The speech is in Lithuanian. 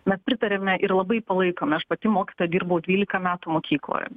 mes pritariame ir labai palaikome aš pati mokytoja dirbau dvylika metų mokykloje